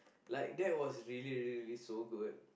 like that was really really really so good